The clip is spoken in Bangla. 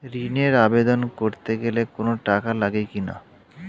ঋণের আবেদন করতে গেলে কোন টাকা লাগে কিনা?